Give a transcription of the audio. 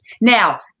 now